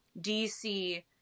DC